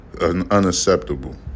unacceptable